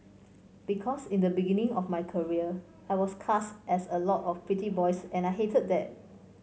because in the beginning of my career I was cast as a lot of pretty boys and I hated that